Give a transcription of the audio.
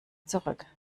zurück